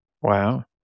Wow